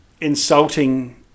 insulting